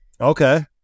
okay